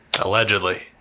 allegedly